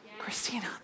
Christina